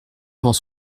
avant